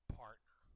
partner